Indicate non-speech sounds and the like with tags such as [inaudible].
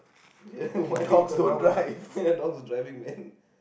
[laughs] ya why the dog was on dog was driving man